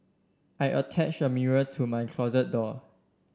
I attach a mirror to my closet door